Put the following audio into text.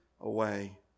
away